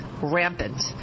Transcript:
rampant